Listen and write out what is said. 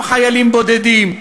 גם חיילים בודדים,